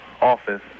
office